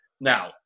Now